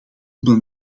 men